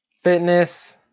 fitness,